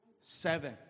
seven